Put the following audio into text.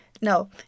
No